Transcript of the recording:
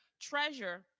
treasure